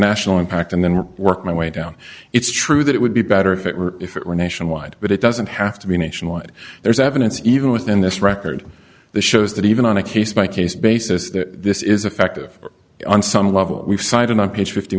national impact and then work my way down it's true that it would be better for if it were nationwide but it doesn't have to be nationwide there's evidence even within this record that shows that even on a case by case basis that this is effective on some level we've cited on page fifty